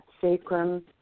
sacrum